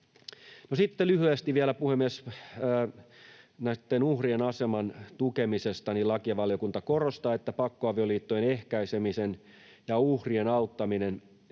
lyhyesti vielä, puhemies, näitten uhrien aseman tukemisesta: Lakivaliokunta korostaa, että pakkoavioliittojen ehkäiseminen ja uhrien auttaminen